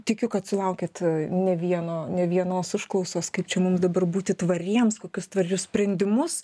tikiu kad sulaukiat ne vieno ne vienos užklausos kaip čia mums dabar būti tvariems kokius tvarius sprendimus